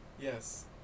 Yes